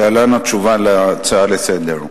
להלן התשובה על ההצעה לסדר-היום: